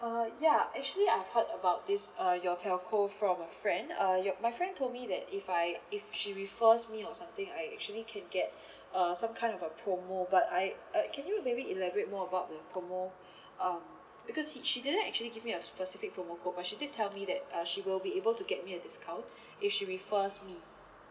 uh ya actually I've heard about this uh your telco from a friend uh your my friend told me that if I if she refers me or something I actually can get uh some kind of a promo but I uh can you maybe elaborate more about the promo um because she she didn't actually give me a specific promo code but she did tell me that uh she will be able to get me a discount if she refers me